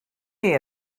chi